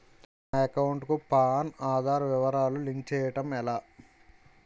నా అకౌంట్ కు పాన్, ఆధార్ వివరాలు లింక్ చేయటం ఎలా?